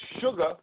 sugar